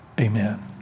amen